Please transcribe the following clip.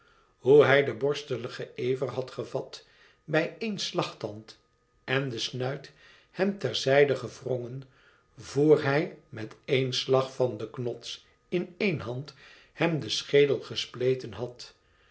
hoe hij den borsteligen ever had gevat bij één slagtand en den snuit hem ter zijde gewrongen voor hij met éen slag van den knots in éen hand hem den schedel gespleten had